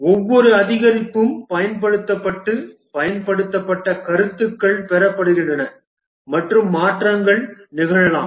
ஒவ்வொரு அதிகரிப்பும் பயன்படுத்தப்பட்டு பயன்படுத்தப்பட்ட கருத்துக்கள் பெறப்படுகின்றன மற்றும் மாற்றங்கள் நிகழலாம்